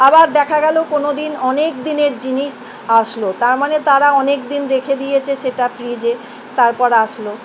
আবার দেখা গেল কোনো দিন অনেক দিনের জিনিস আসলো তার মানে তারা অনেক দিন রেখে দিয়েছে সেটা ফ্রিজে তারপর আসলো